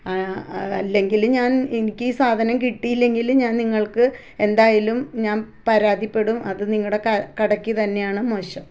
അല്ലെങ്കിൽ ഞാൻ എനിക്ക് ഈ സാധനം കിട്ടിയില്ലെങ്കിൽ ഞാൻ നിങ്ങൾക്ക് എന്തായാലും ഞാൻ പരാതിപ്പെടും അത് നിങ്ങളുടെ ക കടയ്ക്ക് തന്നെയാണ് മോശം